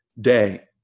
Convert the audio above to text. day